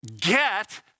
get